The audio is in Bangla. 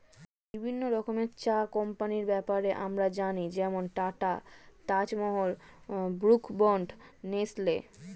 বিভিন্ন রকমের চা কোম্পানির ব্যাপারে আমরা জানি যেমন Tata, Taj Mahal, Brooke Bond, Nestle